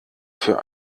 für